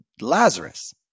Lazarus